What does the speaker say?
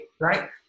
right